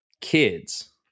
kids